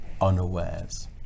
unawares